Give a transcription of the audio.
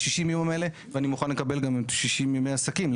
שאני גם מוכן לקבל שישים ימי עסקים,